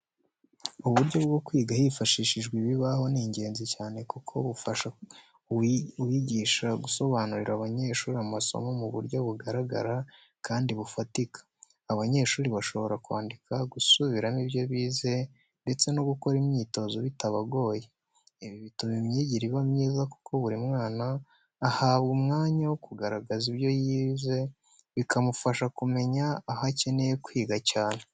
Uburyo bwo kwigisha hifashishijwe ibibaho ni ingenzi cyane kuko bufasha uwigisha gusobanurira abanyeshuri amasomo mu buryo bugaragara kandi bufatika. Abanyeshuri bashobora kwandika, gusubiramo ibyo bize, ndetse no gukora imyitozo bitabagoye. Ibi bituma imyigire iba myiza kuko buri mwana ahabwa umwanya wo kugaragaza ibyo yize, bikamufasha kumenya aho akeneye kwiga cyane.